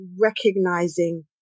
recognizing